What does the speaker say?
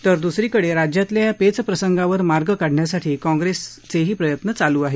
तर दुसरीकडे राज्यातल्या या पेचप्रसंगावर मार्ग काढण्यासाठी काँग्रेसही प्रयत्नशील आहे